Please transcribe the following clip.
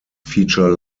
feature